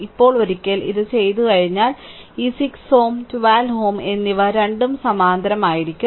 ഇപ്പോൾ ഒരിക്കൽ ഇത് ചെയ്തുകഴിഞ്ഞാൽ ഈ 6 Ω 12Ω എന്നിവ രണ്ടും സമാന്തരമായിരിക്കും